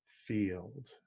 field